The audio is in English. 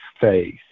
faith